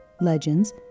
legends